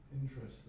Interesting